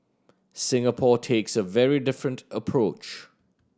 Singapore takes a very different approach